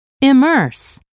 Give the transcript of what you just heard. immerse